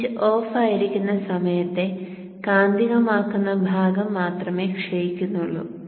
switch ഓഫായിരിക്കുന്ന സമയത്ത കാന്തികമാക്കുന്ന ഭാഗം മാത്രമേ ക്ഷയിക്കുന്നുള്ളൂ